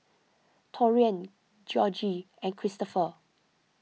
Taurean Georgie and Kristopher